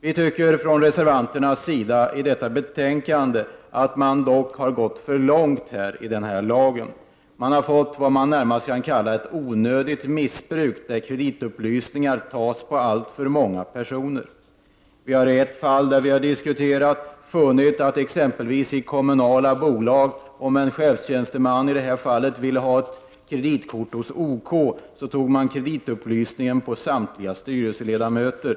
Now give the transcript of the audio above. Vi tycker från reservanternas sida i detta betänkande att man nog har gått för långt i den här lagen. Vi har fått vad man närmast kan kalla ett onödigt missbruk, där kreditupplysning tas på alltför många personer. Vi har i ett fall som vi har diskuterat exempelvis funnit att när en chefstjänsteman på ett kommunalt bolag ville ha kreditkort hos OK, tog man kreditupplysning på samtliga styrelseledamöter.